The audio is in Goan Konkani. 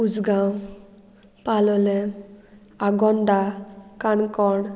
उसगांव पालोलें आगोंदा काणकोण